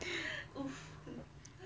so